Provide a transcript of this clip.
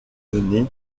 donner